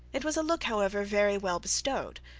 it was a look, however, very well bestowed,